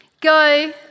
Go